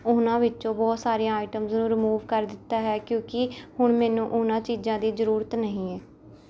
ਉਨ੍ਹਾਂ ਵਿੱਚੋਂ ਬਹੁਤ ਸਾਰੇ ਆਈਟਮਸ ਨੂੰ ਰੀਮੂਵ ਕਰ ਦਿੱਤਾ ਹੈ ਕਿਉਂਕਿ ਹੁਣ ਮੈਨੂੰ ਉਨ੍ਹਾਂ ਚੀਜ਼ਾਂ ਦੀ ਜ਼ਰੂਰਤ ਨਹੀਂ ਹੈ